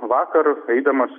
vakar eidamas